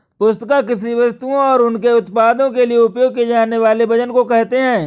पुस्तिका कृषि वस्तुओं और उनके उत्पादों के लिए उपयोग किए जानेवाले वजन को कहेते है